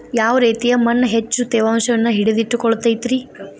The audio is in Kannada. ಯಾವ ರೇತಿಯ ಮಣ್ಣ ಹೆಚ್ಚು ತೇವಾಂಶವನ್ನ ಹಿಡಿದಿಟ್ಟುಕೊಳ್ಳತೈತ್ರಿ?